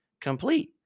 complete